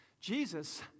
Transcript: Jesus